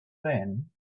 then